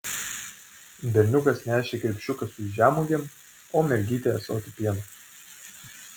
berniukas nešė krepšiuką su žemuogėm o mergytė ąsotį pieno